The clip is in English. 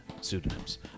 pseudonyms